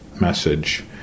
message